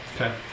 Okay